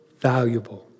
valuable